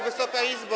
Wysoka Izbo!